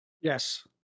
Yes